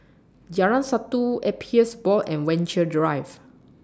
Jalan Satu Appeals Board and Venture Drive